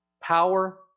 power